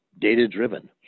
data-driven